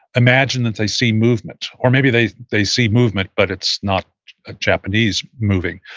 imagine that they see movement, or maybe they they see movement, but it's not a japanese moving,